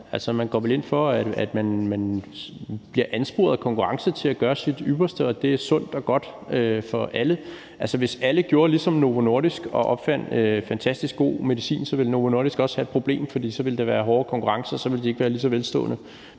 man går vel ind for, at man bliver ansporet af konkurrence til at gøre sit ypperste, og mener, at det er sundt og godt for alle. Hvis alle gjorde ligesom Novo Nordisk og opfandt fantastisk god medicin, ville Novo Nordisk også have et problem, for så ville der være hårdere konkurrence, og så ville de ikke være lige så velstående.